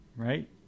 right